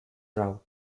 route